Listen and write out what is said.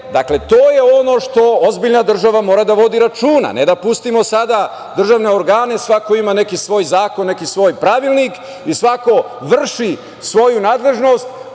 to je ono što ozbiljna država mora da vodi računa, ne da pustimo sada državne organe, svako ima neki svoj zakon, neki svoj pravilnik i svako vrši svoju nadležnost,